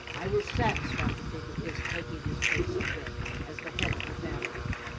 i was satisfied to think of his taking his place some day as the head of the family.